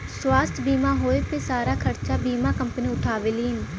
स्वास्थ्य बीमा होए पे सारा खरचा बीमा कम्पनी उठावेलीन